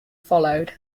followed